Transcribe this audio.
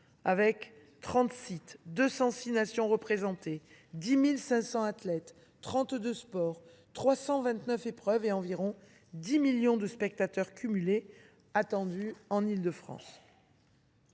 trente sites, 206 nations représentées, 10 500 athlètes, trente deux sports, 329 épreuves et environ 10 millions de spectateurs cumulés attendus en Île de France.